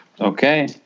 Okay